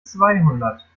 zweihundert